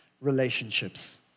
relationships